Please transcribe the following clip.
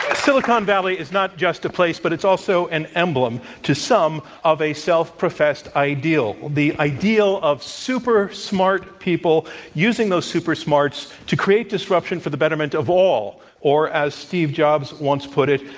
silicon valley is not just a place, but it's also an emblem to some of a self-professed ideal. the ideal of super-smart people using those super smarts to create disruption for the betterment of all, or as steve jobs once put it,